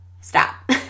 stop